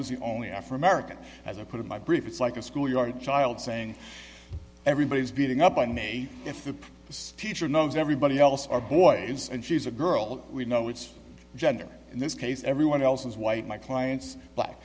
was the only afro american as i put in my brief it's like a schoolyard child saying everybody's beating up on me if the teacher knows everybody else are boys and she's a girl we know it's gender in this case everyone else is white my clients black